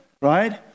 Right